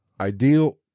ideal